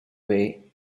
way